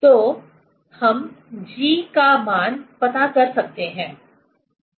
तो हम g का मान पता कर सकते हैं सही